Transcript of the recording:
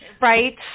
Right